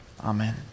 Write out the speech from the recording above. Amen